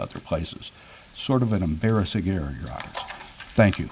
other places sort of an embarrassing year thank you